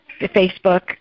Facebook